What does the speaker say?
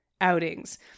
outings